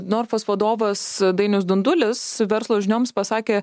norfos vadovas dainius dundulis verslo žinioms pasakė